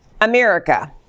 America